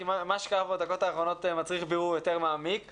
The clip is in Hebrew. כי מה שקרה בדקות האחרונות מצריך בירור מעמיק יותר.